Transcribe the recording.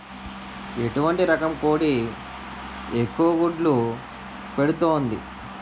ఎటువంటి రకం కోడి ఎక్కువ గుడ్లు పెడుతోంది?